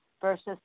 versus